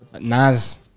Naz